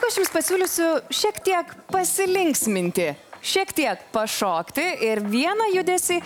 aš jums pasiūlysiu šiek tiek pasilinksminti šiek tiek pašokti ir vieną judesį